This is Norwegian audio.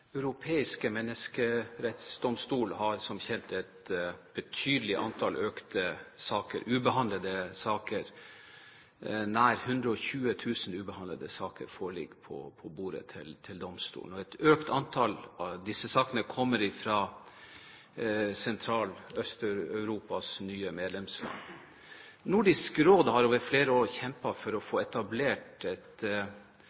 europeiske menneskerettighetsdomstol har som kjent et betydelig antall ubehandlede saker. Nær 120 000 ubehandlede saker ligger på bordet til domstolen, og et økt antall av disse sakene kommer fra Øst-Europas nye medlemsland. Nordisk Råd har over flere år kjempet for å